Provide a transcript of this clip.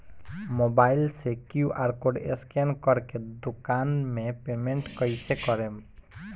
Mobile से QR code scan कर के दुकान मे पेमेंट कईसे करेम?